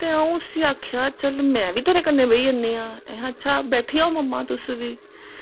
में अऊं उसी आक्खेआ चल में बी तेरे कन्नै बेही जन्नी आं अहैं अच्छा बैठी जाओ मम्मा तुस बी